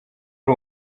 ari